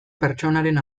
pertsonaren